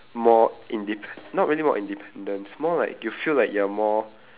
more indepen~ not really about independence more like you feel like you're more